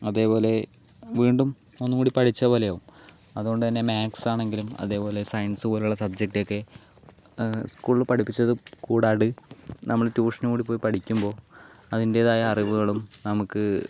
അതേപോലെ വീണ്ടും ഒന്നും കൂടി പഠിച്ച പോലെയാവും അതുകൊണ്ടു തന്നെ മാത്സ് ആണെങ്കിലും അതേപോലെ സയൻസ് പോലുള്ള സബ്ജക്ട് ഒക്കെ സ്കൂളിൽ പഠിപ്പിച്ചത് കൂടാണ്ട് നമ്മൾ ട്യൂഷനും കൂടി പോയി പഠിക്കുമ്പോൾ അതിന്റേതായ അറിവുകളും നമുക്ക്